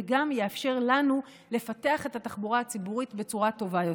וגם יאפשר לנו לפתח את התחבורה הציבורית בצורה טובה יותר.